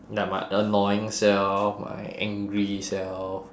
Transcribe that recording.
like my annoying self my angry self